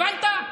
הבנת?